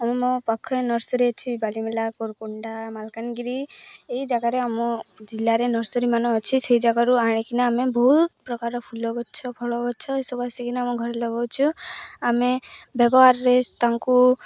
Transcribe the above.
ଆମ ମୋ ପାଖରେ ନର୍ସରୀ ଅଛି ବାଡ଼ିମେଲା କକୁଣ୍ଡା ମାଲକାନଗିରି ଏଇ ଜାଗାରେ ଆମ ଜିଲ୍ଲାରେ ନର୍ସରୀ ମାନ ଅଛି ସେଇ ଜାଗାରୁ ଆଣିକିନା ଆମେ ବହୁତ ପ୍ରକାର ଫୁଲ ଗଛ ଫଳ ଗଛ ଏସବୁ ଆସିକିନା ଆମ ଘରେ ଲଗଉଛୁ ଆମେ ବ୍ୟବହାର ରେ ତାଙ୍କୁ